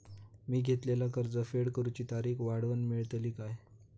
मी घेतलाला कर्ज फेड करूची तारिक वाढवन मेलतली काय?